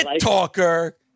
talker